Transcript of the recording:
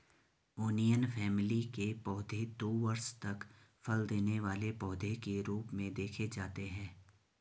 onion family के पौधे दो वर्ष तक फल देने वाले पौधे के रूप में देखे जाते हैं